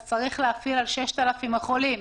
אז צריך להפעיל על 6,000 החולים.